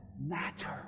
matter